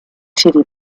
teddy